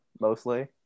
Mostly